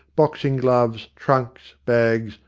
boxing gloves, trunks, bags,